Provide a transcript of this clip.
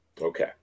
Okay